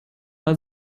mal